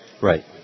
Right